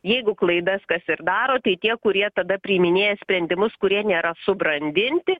jeigu klaidas kas ir daro tai tie kurie tada priiminėja sprendimus kurie nėra subrandinti